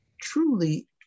truly